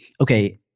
okay